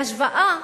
בהשוואה